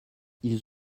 ils